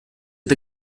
the